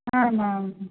आम् आम्